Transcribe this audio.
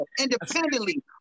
independently